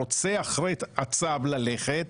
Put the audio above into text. רוצה אחרי הצו ללכת,